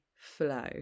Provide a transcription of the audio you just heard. flow